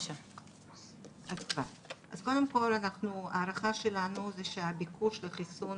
אז קודם כל ההערכה שלנו זה שהביקוש לחיסון